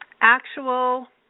actual